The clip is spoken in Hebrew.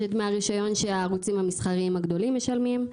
יש את הדמי הרישיון שהערוצים המסחריים הגדולים משלמים,